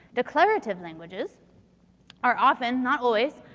declarative languages are often, not always,